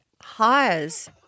hires